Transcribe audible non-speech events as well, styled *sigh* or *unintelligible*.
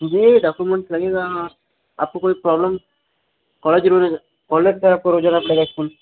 यह डाक्यूमेंट्स लगेगा आपको कोई प्रॉब्लम *unintelligible*